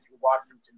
Washington